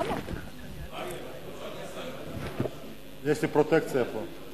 אני לא יודע למה, יש לי פרוטקציה פה.